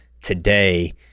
today